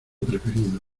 preferido